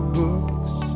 books